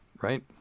right